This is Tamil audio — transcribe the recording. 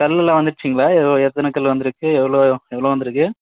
கல்லுலாம் வந்துச்சிங்களா எத்தனை கல்லு வந்துயிருக்கு எவ்வளோ எவ்வளோ வந்துயிருக்கு